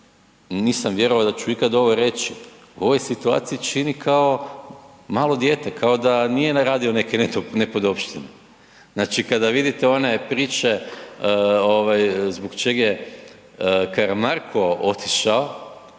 nisam vjerovao da ću ikad ovo reći, u ovoj situaciji čini kao malo dijete, kao da nije ne radio neke nepodopštine. Znači kada vidite one priče ovaj zbog čega je Karamarko otišao,